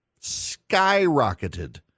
skyrocketed